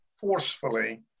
forcefully